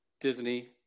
Disney